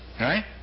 Right